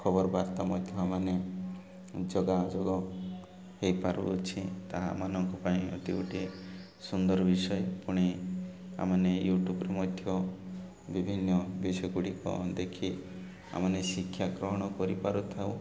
ଖବରବାର୍ତ୍ତା ମଧ୍ୟ ଆମମାନେ ଯୋଗାାଯୋଗ ହେଇପାରୁଅଛି ତାହା ଆମମାନଙ୍କ ପାଇଁ ଅତି ଗୋଟିଏ ସୁନ୍ଦର ବିଷୟ ପୁଣି ଆମେ ମାନେ ୟୁଟ୍ୟୁବ୍ରେ ମଧ୍ୟ ବିଭିନ୍ନ ବିଷୟ ଗୁଡ଼ିକ ଦେଖି ଆମେମାନେ ଶିକ୍ଷା ଗ୍ରହଣ କରିପାରୁଥାଉ